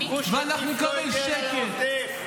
ואנחנו נקבל שקט.